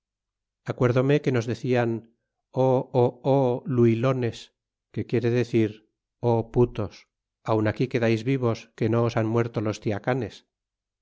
acuérdome que nos decian o o luilones que quiere decir o putos aun aquí quedais vivos que no os han muerto los tiacanes